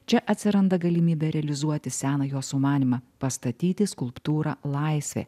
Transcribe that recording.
čia atsiranda galimybė realizuoti seną jo sumanymą pastatyti skulptūrą laisvė